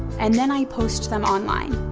and then i post them online.